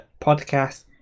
podcast